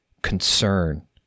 concern